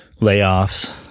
layoffs